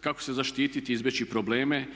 kako se zaštititi, izbjeći probleme,